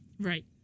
Right